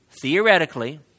theoretically